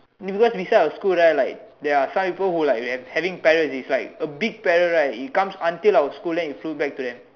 mean because inside our school there are like there are some people who like who have having parrots is like a big parrots right it comes until our school then it flew back to them